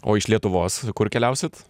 o iš lietuvos kur keliausit